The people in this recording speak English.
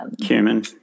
Cumin